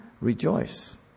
rejoice